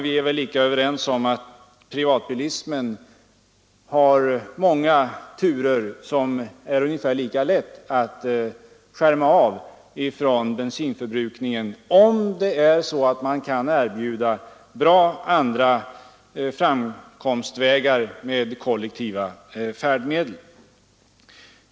Vi är väl också överens om att många turer i privatbilar kan inställas ungefär lika lätt som man kan erbjuda bra andra framkomstmöjligheter med kollektiva färdmedel.